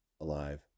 alive